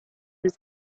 his